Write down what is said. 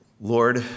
Lord